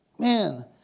Man